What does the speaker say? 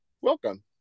welcome